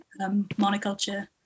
monoculture